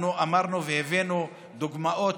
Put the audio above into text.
אנחנו אמרנו והבאנו דוגמאות